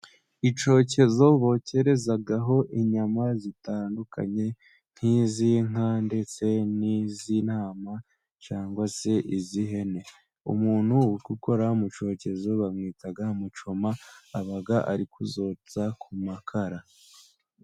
Icyokezo bokerezaho inyama zitandukanye, nk'iz'inka, ndetse n'iz'intama, cyangwa se iz'ihene. Umuntu ukora mu cyokezo bamwita mucoma, aba ari kuzotsa ku makara.